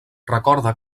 recorda